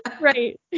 right